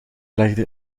legde